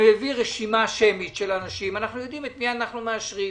אנחנו יודעים את מי אנחנו מאשרים.